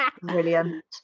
brilliant